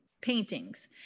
paintings